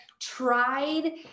tried